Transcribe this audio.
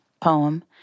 poem